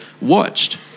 watched